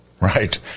Right